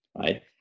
right